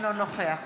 אינו נוכח